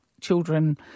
children